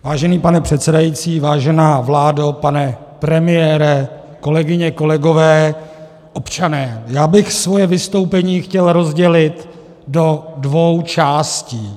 Vážený pane předsedající, vážená vládo, pane premiére, kolegyně, kolegové, občané, já bych svoje vystoupení chtěl rozdělit do dvou částí.